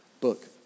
book